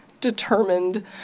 determined